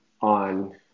on